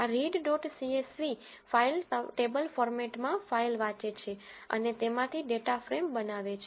આ read dot CSV file table ફોર્મેટમાં file વાંચે છે અને તેમાંથી ડેટા ફ્રેમ બનાવે છે